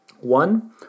one